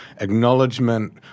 acknowledgement